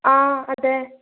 ആ അതെ